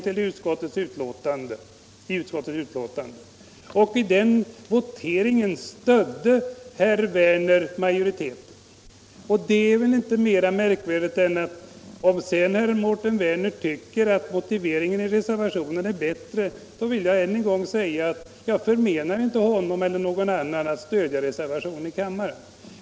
Vi voterade om motiveringen. I den voteringen stödde herr Werner majoriteten, och detta var väl ingenting märkvärdigt. Om sedan herr Mårten Werner tycker att motiveringen i reservationen är bättre, vill jag än en gång säga att jag förmenar inte herr Werner eller någon annan att stödja reservationen i kammaren.